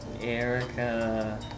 Erica